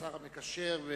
השר המקשר והשר